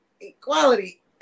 equality